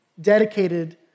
dedicated